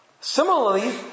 Similarly